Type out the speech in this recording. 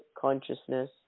consciousness